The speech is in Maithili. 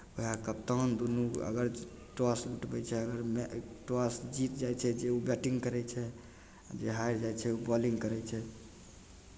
उएह कप्तान दुनू अगर टॉस उठबै छै अगर मै टॉस जीत जाइ छै जे ओ बैटिंग करै छै जे हारि जाइ छै ओ बॉलिंग करै छै